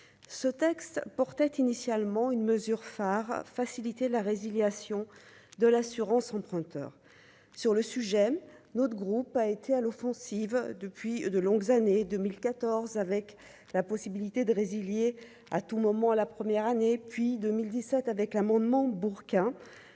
ce texte portait initialement une mesure phare : faciliter la résiliation de l'assurance emprunteur sur le sujet, notre groupe a été à l'offensive depuis de longues années 2014, avec la possibilité de résilier à tout moment à la première année puis 2017 avec l'amendement Bourquin